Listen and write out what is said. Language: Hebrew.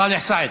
סאלח סעד.